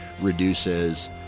reduces